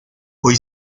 hoy